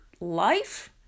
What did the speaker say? life